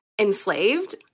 enslaved